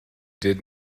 did